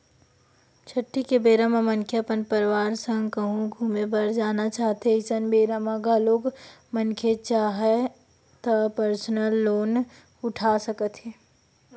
छुट्टी के बेरा म मनखे अपन परवार संग कहूँ घूमे बर जाना चाहथें अइसन बेरा म घलोक मनखे चाहय त परसनल लोन उठा सकत हे